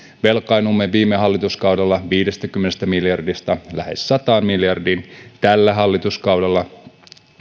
velkaannuimme viime hallituskaudella viidestäkymmenestä miljardista lähes sataan miljardiin tällä hallituskaudella